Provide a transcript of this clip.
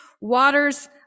waters